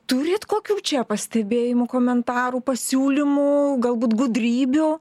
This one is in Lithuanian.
turit kokių čia pastebėjimų komentarų pasiūlymų galbūt gudrybių